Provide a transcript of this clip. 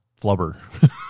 flubber